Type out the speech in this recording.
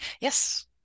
Yes